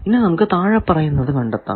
ഇനി നമുക്ക് താഴെ പറയുന്നത് കണ്ടെത്താം